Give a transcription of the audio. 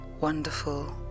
wonderful